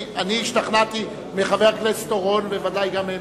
אני השתכנעתי מחבר הכנסת אורון, וודאי גם מעמדתך,